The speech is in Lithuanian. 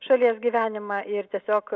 šalies gyvenimą ir tiesiog